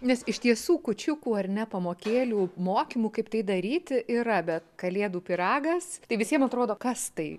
nes iš tiesų kūčiukų ar ne pamokėlių mokymų kaip tai daryti yra bet kalėdų pyragas tai visiem atrodo kas tai